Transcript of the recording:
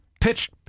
Pitch